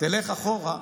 תלך אחורה,